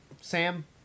Sam